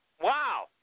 Wow